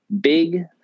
big